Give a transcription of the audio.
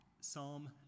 Psalm